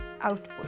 output